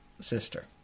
sister